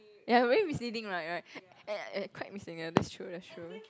ya very misleading right right and and quite misleading that's true that's true